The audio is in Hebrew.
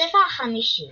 בספר החמישי